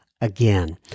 again